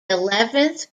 eleventh